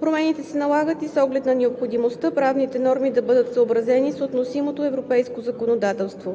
Промените се налагат и с оглед на необходимостта правните норми да бъдат съобразени с относимото европейско законодателство.